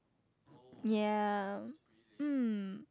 yeah mm